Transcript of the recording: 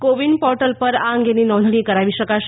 કો win portal પર આ અંગેની નોંધણી કરાવી શકાશે